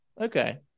Okay